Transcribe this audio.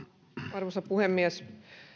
arvoisa puhemies